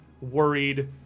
worried